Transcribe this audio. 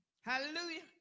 Hallelujah